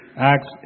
Acts